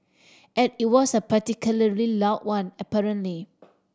and it was a particularly loud one apparently